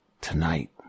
Tonight